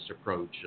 approach